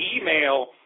email